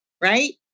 Right